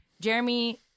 Jeremy